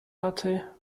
hatte